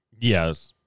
Yes